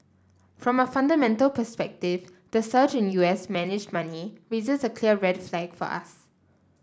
from a fundamental perspective the surge in U S managed money raises a clear red flag for us